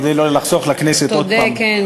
כדי לחסוך לכנסת עוד פעם,